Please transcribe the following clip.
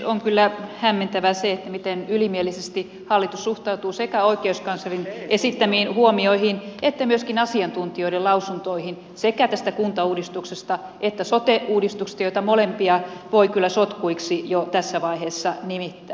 on kyllä hämmentävää se miten ylimielisesti hallitus suhtautuu sekä oikeuskanslerin esittämiin huomioihin että myöskin asiantuntijoiden lausuntoihin sekä tästä kuntauudistuksesta että sote uudistuksesta joita molempia voi kyllä sotkuiksi jo tässä vaiheessa nimittää